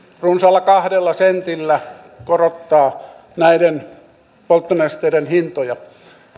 runsaalla kahdella sentillä korottaa näiden polttonesteiden hintoja